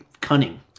cunning